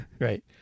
Right